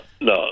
no